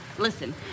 Listen